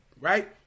Right